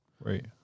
Right